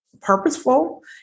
purposeful